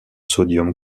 sodium